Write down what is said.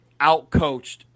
outcoached